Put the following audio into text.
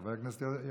חבר הכנסת יואב